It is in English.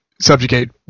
subjugate